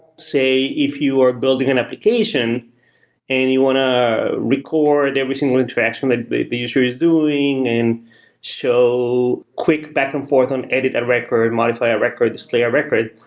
say, if you are building an application and you want to record every single interaction that the the user is doing and show quick back and forth on edit a record, modify a record, display a record,